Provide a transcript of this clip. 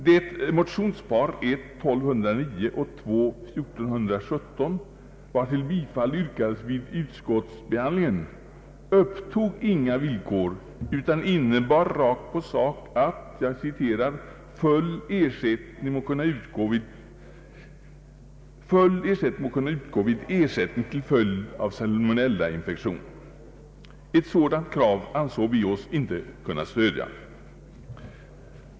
Det motionspar, 1: 1209 och II: 1417, vartill bifall yrkades vid utskottsbehandlingen, upptog inga villkor utan innebar rakt på sak att ”full ersättning må kunna utgå vid ersättning till följd av salmonellainfektion”. Ett sådant krav ansåg vi oss inte kunna stödja.